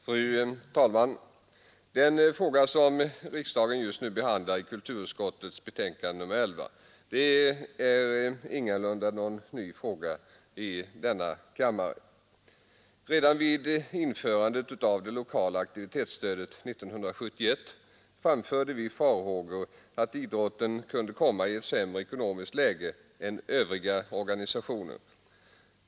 Fru talman! Den fråga som riksdagen just nu behandlar i kulturutskottets betänkande nr 11 är ingalunda ny i denna kammare. Redan vid införandet av det lokala aktivitetsstödet 1971 framförde vi farhågor för att idrotten kunde komma i ett sämre ekonomiskt läge än övriga organisationer.